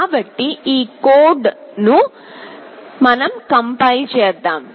కాబట్టి ఈ కోడ్ను మనం కంపైల్ చేద్దాం